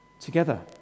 together